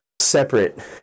separate